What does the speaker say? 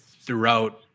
throughout